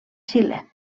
xile